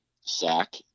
sack